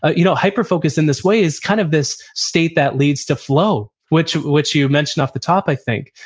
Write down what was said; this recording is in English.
ah you know hyperfocus in this way is kind of this state that leads to flow, which which you mentioned off the top i think,